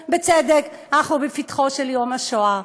בצדק: אנחנו בפתחו של יום השואה.